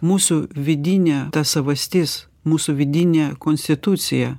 mūsų vidinė savastis mūsų vidinė konstitucija